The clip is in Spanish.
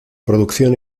producción